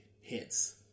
hits